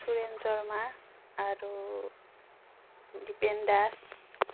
সুৰেন শৰ্মা আৰু দ্ৱীপেন দাস